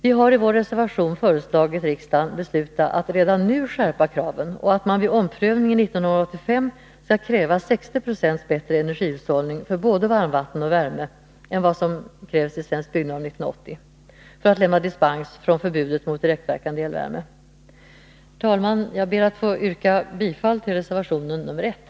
Vi har i vår reservation föreslagit att riksdagen skall besluta att redan nu skärpa kraven och att man vid omprövningen 1985 skall kräva 60 96 bättre energihushållning för både varmvatten och värme än vad som krävs i Svensk byggnorm 1980 för att dispens från förbudet mot direktverkande elvärme skall lämnas. Herr talman! Jag ber att få yrka bifall till reservation nr 1.